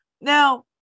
Now